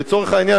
לצורך העניין,